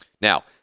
Now